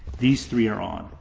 these three are on.